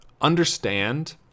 understand